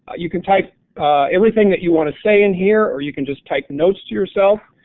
you can type everything that you want to say in here or you can just type notes to yourself,